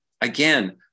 again